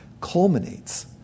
culminates